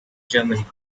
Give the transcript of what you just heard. germany